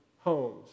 homes